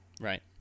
Right